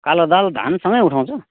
कालो दाल धानसँगै उठाउँछ